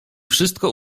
wszystko